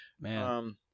Man